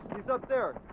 he's up there.